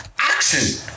Action